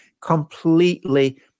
completely